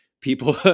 people